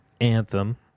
Anthem